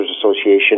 Association